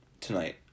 tonight